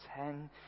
ten